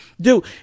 dude